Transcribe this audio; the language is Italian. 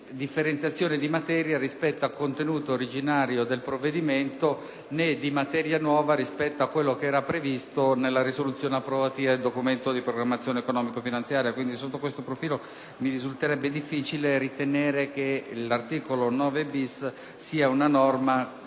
differenziazione di materia rispetto al contenuto originario del provvedimento ne´ di materia nuova rispetto a quello che era previsto nella risoluzione di approvazione del Documento di programmazione economico-finanziaria. Sotto questo profilo, quindi, mi risulterebbe difficile ritenere che l’articolo 9-bis sia una norma